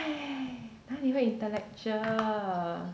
那里会 intellectual